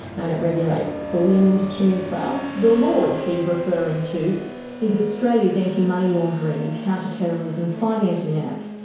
and it regulates bullion industry as well. the law she's referring to is australia's anti-money laundering and counter-terrorism financing act,